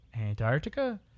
Antarctica